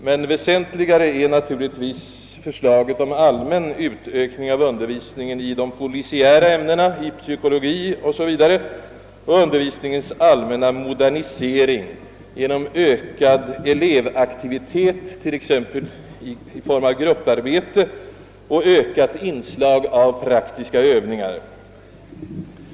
Men väsentligare är naturligtvis förslaget om allmän utökning av undervisningen i de polisiära ämnena, i psykologi o. s. v., och undervisningens allmänna modernisering genom ökad elevaktivitet, t.ex. i form av grupparbete och ökat inslag av praktiska övningar.